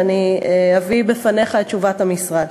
ואני אביא בפניך את תשובת המשרד: